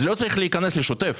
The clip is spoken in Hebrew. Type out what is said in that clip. זה לא צריך להיכנס לשוטף.